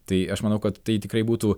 tai aš manau kad tai tikrai būtų